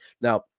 Now